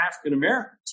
African-Americans